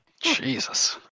Jesus